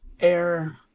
air